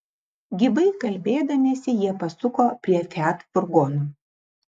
gyvai kalbėdamiesi jie pasuko prie fiat furgono